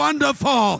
Wonderful